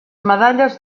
medalles